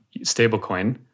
Stablecoin